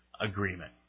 agreement